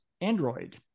android